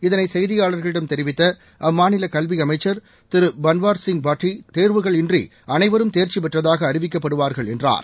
இதனை செய்தியாளர்களிடம் தெரிவித்த அம்மாநில கல்வி அமைச்சர் திரு பன்வர்சிங் பட்டி தேர்வுகள் இன்றி அனைவரும் தேர்ச்சி பெற்றதாக அறிவிக்கப்படுவார்கள் என்றார்